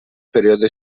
periodo